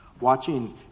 Watching